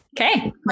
okay